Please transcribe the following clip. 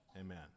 amen